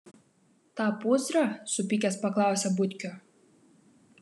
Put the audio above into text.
tą pūzrą supykęs paklausė butkio